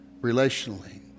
relationally